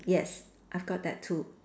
yes I've got that too